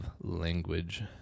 language